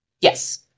yes